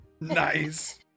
Nice